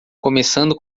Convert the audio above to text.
começando